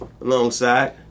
Alongside